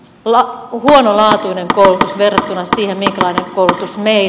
lappu keinahtynyt valitusvirttä ja mitä olisimme